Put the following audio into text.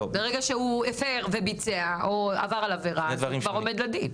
ברגע שהוא הפר וביצע ועבר עבירה הוא כבר עומד לדין.